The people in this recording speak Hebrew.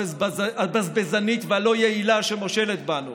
הבזבזנית והלא-יעילה שמושלת בנו